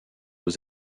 aux